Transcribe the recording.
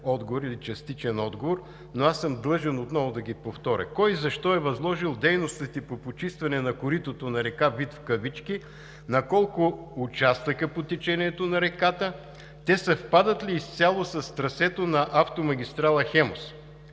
отговор или частичен отговор, но аз съм длъжен отново да ги повторя: кой и защо е възложил дейностите по почистване на коритото на река Вит в кавички, на колко участъка по течението на реката? Те съвпадат ли изцяло с трасето на автомагистрала „Хемус“?